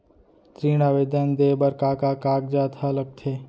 ऋण आवेदन दे बर का का कागजात ह लगथे?